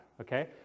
okay